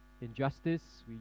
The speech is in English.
injustice